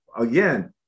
Again